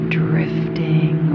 drifting